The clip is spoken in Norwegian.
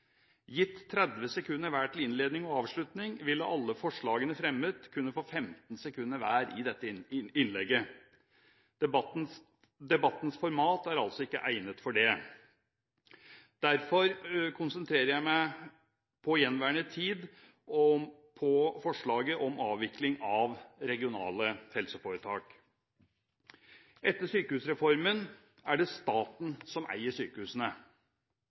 Gitt 30 sekunder hver til innledning og avslutning ville alle forslag som er fremmet, kunne få 15 sekunder hver i dette innlegget. Debattens format er altså ikke egnet til det. Derfor konsentrerer jeg meg på gjenværende taletid om forslaget om avvikling av regionale helseforetak. Etter sykehusreformen er det staten som eier sykehusene.